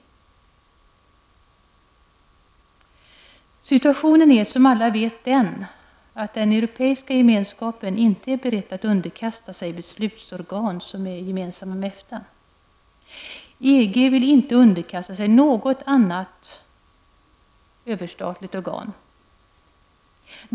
Situationen är som alla vet den, att den europeiska gemenskapen inte är berett att underkasta sig beslutsorgan som är gemensamma med EFTA. EG vill inte underkasta sig något annat överstatligt organ.